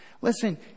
Listen